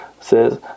says